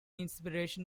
inspiration